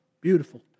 Beautiful